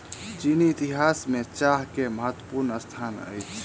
चीनी इतिहास में चाह के बहुत महत्वपूर्ण स्थान अछि